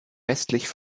westlich